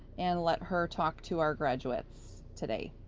and let her talk to our graduates today.